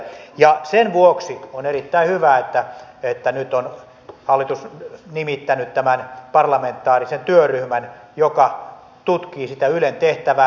ja sen vuoksi on erittäin hyvä että nyt on hallitus nimittänyt tämän parlamentaarisen työryhmän joka tutkii sitä ylen tehtävää